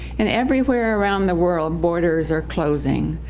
and everywhere around the world, borders are closing.